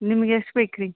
ನಿಮ್ಗೆ ಎಷ್ಟು ಬೇಕು ರೀ